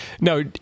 No